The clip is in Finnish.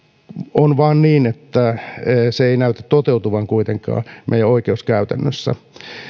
on vain niin että se ei näytä toteutuvan kuitenkaan meidän oikeuskäytännössä